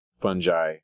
fungi